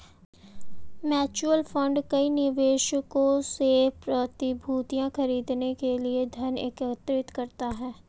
mutual fund कई निवेशकों से प्रतिभूतियां खरीदने के लिए धन एकत्र करता है